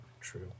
True